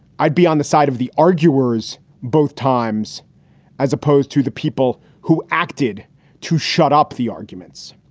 i'd be on the side of the arguers both times as opposed to the people who acted to shut up the arguments.